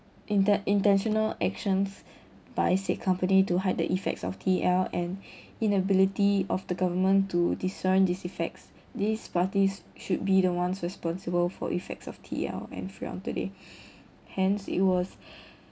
inte~ international actions by said company to hide the effects of T_E_L and inability of the government to discern these effects these parties should be the ones responsible for effects of T_E_L and freon today hence it was